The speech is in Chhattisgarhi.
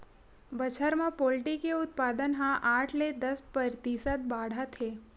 बछर म पोल्टी के उत्पादन ह आठ ले दस परतिसत बाड़हत हे